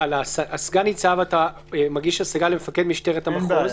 על הסגן-ניצב אתה מגיש השגה למפקד משטרת המחוז,